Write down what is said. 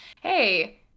Hey